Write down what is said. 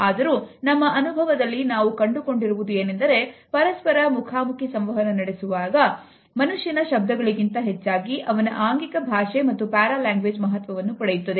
ಆದರೂ ನಮ್ಮ ಅನುಭವದಲ್ಲಿ ನಾವು ಕಂಡುಕೊಂಡಿರುವುದು ಏನೆಂದರೆ ಪರಸ್ಪರ ಮುಖಾಮುಖಿ ಸಂವಹನ ನಡೆಸುವಾಗ ಮನುಷ್ಯನ ಶಬ್ದಗಳಿಗಿಂತ ಹೆಚ್ಚಾಗಿ ಅವನ ಆಂಗಿಕ ಭಾಷೆ ಮತ್ತು ಪ್ಯಾರಾ ಲ್ಯಾಂಗ್ವೇಜ್ ಮಹತ್ವವನ್ನು ಪಡೆಯುತ್ತದೆ